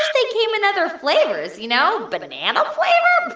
they came in other flavors, you know? but banana flavor?